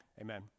amen